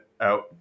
out